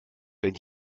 wenn